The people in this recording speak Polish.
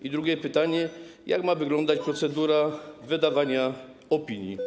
I drugie pytanie: Jak ma wyglądać procedura wydawania opinii?